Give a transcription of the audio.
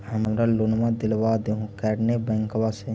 हमरा लोनवा देलवा देहो करने बैंकवा से?